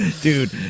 Dude